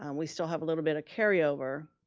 um we still have a little bit of carryover.